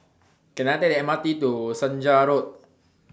Can I Take The M R T to Senja Road